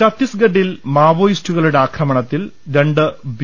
ഛത്തീസ്ഗഡിൽ മാവോയിസ്റ്റുകളുടെ ആക്രമണത്തിൽ രണ്ട് ബി